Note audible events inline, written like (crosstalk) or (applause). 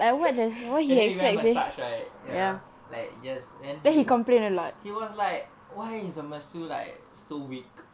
(laughs) and then we went massage right ya like yes then he was like why is the machine like so weak